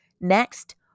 Next